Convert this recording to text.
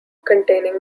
containing